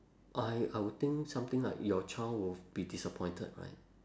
I I would think something like your child will be disappointed right